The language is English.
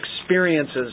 experiences